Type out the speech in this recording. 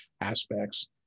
aspects